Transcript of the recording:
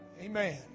Amen